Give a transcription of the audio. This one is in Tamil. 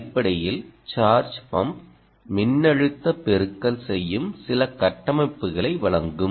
அடிப்படையில் சார்ஜ் பம்ப் மின்னழுத்த பெருக்கல் செய்யும் சில கட்டமைப்புகளை வழங்கும்